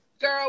girl